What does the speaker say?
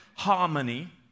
harmony